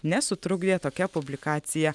nesutrukdė tokia publikacija